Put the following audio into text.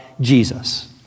Jesus